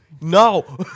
No